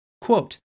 Quote